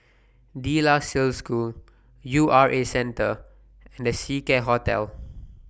De La Salle School U R A Centre and The Seacare Hotel